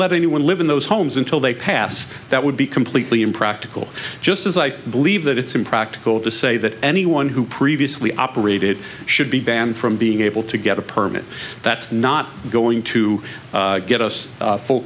let anyone live in those homes until they pass that would be completely impractical just as i believe that it's impractical to say that anyone who previously operated should be banned from being able to get a permit that's not going to get us full